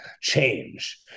change